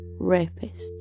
rapists